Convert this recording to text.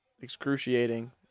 excruciating